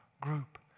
group